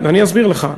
אני אסביר לך.